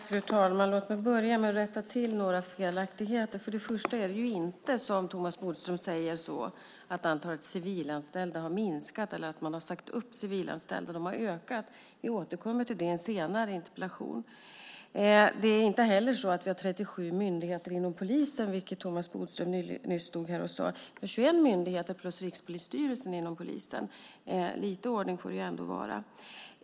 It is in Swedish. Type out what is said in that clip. Fru talman! Låt mig börja med att rätta till några felaktigheter. För det första är det inte som Thomas Bodström säger att antalet civilanställda har minskat eller att man har sagt upp civilanställda. De har ökat i antal. Vi återkommer till det i en senare interpellation. För det andra har vi inte 37 myndigheter inom polisen, vilket Thomas Bodström nyss stod här och sade. Vi har 21 myndigheter plus Rikspolisstyrelsen inom polisen. Lite ordning får det ändå vara.